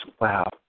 Wow